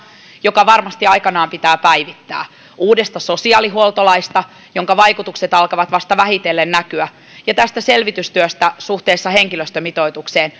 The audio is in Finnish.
joka varmasti aikanaan pitää päivittää uudesta sosiaalihuoltolaista jonka vaikutukset alkavat vasta vähitellen näkyä ja selvitystyöstä suhteessa henkilöstömitoitukseen